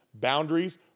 Boundaries